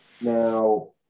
Now